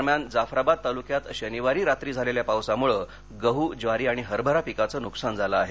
दरम्यान जाफराबाद तालुक्यात शनिवारी रात्री झालेल्या पावसामुळे गहू ज्वारी आणि हरभरा पिकाचं नुकसान झालं आहे